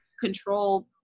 control